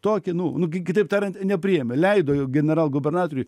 tokį nu nu gi kitaip tariant nepriėmė leido generalgubernatoriui